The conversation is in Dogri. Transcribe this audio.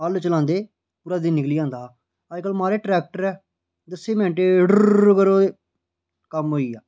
हल्ल चलांदे पूरा दिन लग्गी जंदा हा अजकल माराज ट्रैक्टर ऐ दस्सें मिन्टें च ररररर करो तां कम्म होई जंदा